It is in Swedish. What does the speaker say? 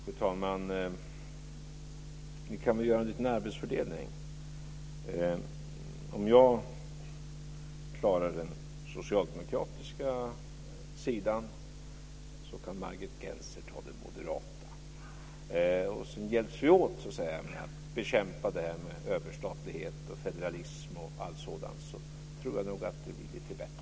Fru talman! Vi kan väl göra en liten arbetsfördelning. Om jag klarar den socialdemokratiska sidan, så kan Margit Gennser ta den moderata. Och sedan hjälps vi åt med att bekämpa det här med överstatlighet och federalism och allt sådant, så tror jag nog att det blir lite bättre.